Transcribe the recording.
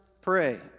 pray